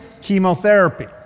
chemotherapy